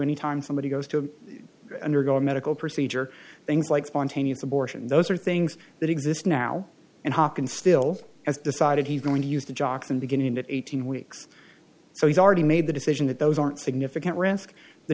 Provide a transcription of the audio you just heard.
anytime somebody goes to undergo a medical procedure things like spontaneous abortion those are things that exist now and hakan still has decided he's going to use the jocks and beginning at eighteen weeks so he's already made the decision that those aren't significant risk the